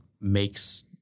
makes